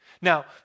Now